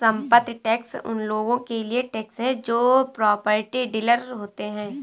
संपत्ति टैक्स उन लोगों के लिए टैक्स है जो प्रॉपर्टी डीलर होते हैं